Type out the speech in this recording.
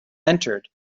entered